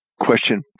question